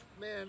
man